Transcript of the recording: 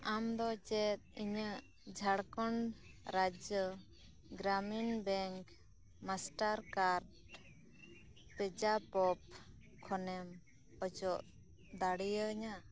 ᱟᱢᱫᱚ ᱪᱮᱫ ᱤᱧᱟᱹᱜ ᱡᱷᱟᱲᱠᱷᱚᱸᱰ ᱨᱟᱡᱽᱡᱚ ᱜᱨᱟᱢᱤᱱ ᱵᱮᱝᱠ ᱢᱟᱥᱴᱟᱨᱠᱟᱨᱰ ᱯᱮᱡᱟᱯ ᱠᱷᱚᱱᱮᱢ ᱚᱪᱚᱜ ᱫᱟᱲᱮᱭᱟᱹᱧᱟ